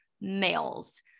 males